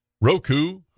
roku